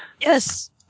Yes